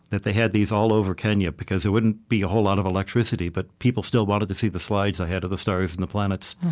they had these all over kenya because there wouldn't be a whole lot of electricity, but people still wanted to see the slides i had of the stars and the planets.